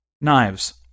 Knives